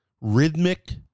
rhythmic